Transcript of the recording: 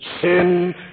Sin